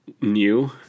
new